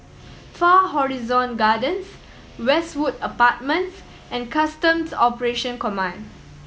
Far Horizon Gardens Westwood Apartments and Customs Operations Command